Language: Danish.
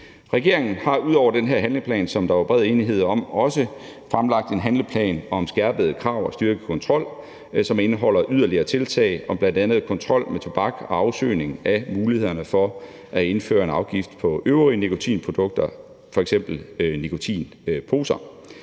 Regeringen har ud over den her handleplan, som der jo er bred enighed om, også fremlagt en handleplan om skærpede krav og styrket kontrol, som indeholder yderligere tiltag om bl.a. kontrol med tobak og afsøgning af mulighederne for at indføre en afgift på øvrige nikotinprodukter, f.eks. nikotinposer.